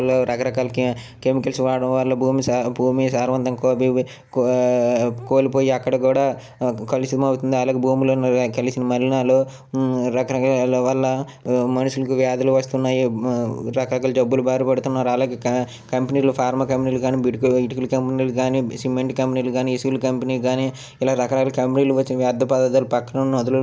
ఈ ఈ ఈ సాఫ్ట్వేర్ రంగం వచ్చాక సాంకేతిక IT information technology games update వచ్చాక సాఫ్ట్వేర్ అప్డేట్ వచ్చినాక చాలామంది ప్రజలు చాలామంది ప్రజలు విద్యార్థులు లేదా స్టూడెంట్స్ యూత్ రకరకాల పెద్దవాళ్ళు అందరూ కూడా సెల్లుకి ఎడిక్ట్ అవ్వడం వల్లే వివిధ రకాల గేమ్స్ కానివ్వండి సినిమాలు కానివ్వండి ఇన్స్టాగ్రామ్ సోషల్ మీడియా ఫేస్బుక్కు రీల్స్ గానియ్యండి ఇలా టిక్టాక్లు కానీ ఇలా అందరూ